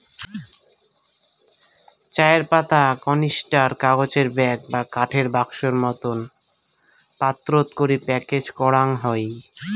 চায়ের পাতা ক্যানিস্টার, কাগজের ব্যাগ বা কাঠের বাক্সোর মতন পাত্রত করি প্যাকেজ করাং হই